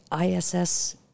ISS